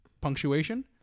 punctuation